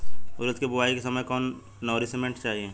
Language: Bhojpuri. उरद के बुआई के समय कौन नौरिश्मेंट चाही?